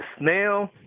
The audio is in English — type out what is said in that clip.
snail